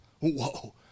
whoa